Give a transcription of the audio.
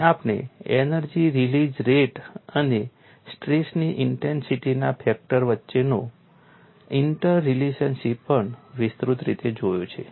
અને આપણે energy released rate અને સ્ટ્રેસની ઇન્ટેન્સિટીના ફેક્ટર વચ્ચેનો ઇન્ટરલેશનશીપ પણ વિસ્તૃત રીતે જોયો છે